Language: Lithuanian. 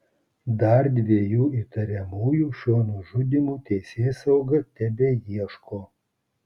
dar dviejų įtariamųjų šiuo nužudymu teisėsauga tebeieško